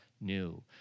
new